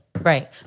Right